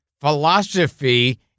philosophy